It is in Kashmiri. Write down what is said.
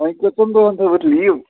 وۄنۍ کٔژَن دۄہَن تھٲوٕتھ لیٖو